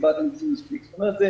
זאת אומרת,